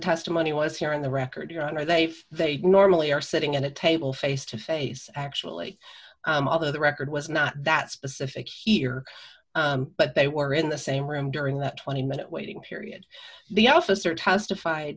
testimony was here in the record your honor they have they normally are sitting at a table face to face actually although the record was not that specific here but they were in the same room during that twenty minute waiting period the officer testified